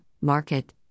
market